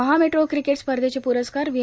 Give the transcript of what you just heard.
महा metro cricket स्पर्धेचे प्रस्कार V